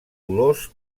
colors